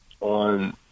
on